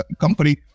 company